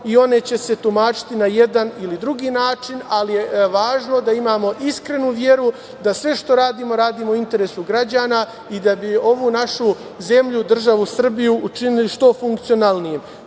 i one će se tumačiti na jedan ili drugi način, ali je važno da imamo iskrenu veru, da sve što radimo, radimo u interesu građana i da bi ovu našu zemlju, državu Srbiju učinili što funkcionalnijom. Još